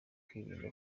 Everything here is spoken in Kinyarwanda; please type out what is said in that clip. kwirinda